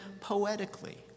poetically